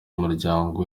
umuryango